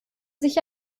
sich